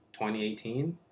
2018